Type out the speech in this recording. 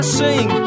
sing